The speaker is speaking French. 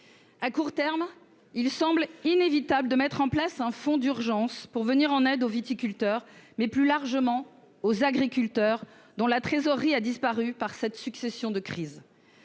À court terme, il semble inévitable de mettre en place un fonds d'urgence pour venir en aide non seulement aux viticulteurs, mais aussi, plus largement, aux agriculteurs, dont la trésorerie a disparu avec cette succession de crises.